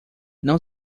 não